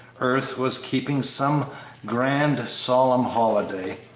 earth was keeping some grand, solemn holiday.